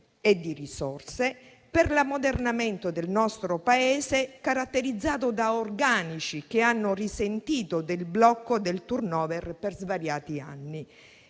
e di risorse per l'ammodernamento del nostro Paese, caratterizzato da organici che hanno risentito del blocco del *turnover* per svariati anni.